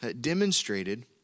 demonstrated